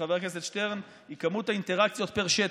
חבר הכנסת שטרן, היא כמות האינטראקציות פר שטח.